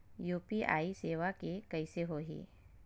UPI सेवा के कइसे होही?